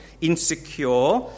insecure